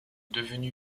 devenu